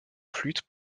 flûte